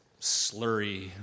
slurry